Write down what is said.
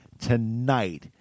Tonight